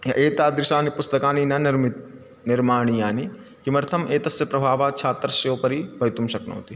एतादृशानि पुस्तकानि न निर्मित् निर्माणियानि किमर्थम् एतस्य प्रभावः छात्रस्य उपरि भवितुं शक्नोति